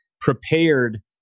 prepared